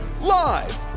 Live